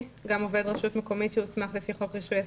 עובד מדינה שנתונות סמכויות פיקוח לפי כל דין.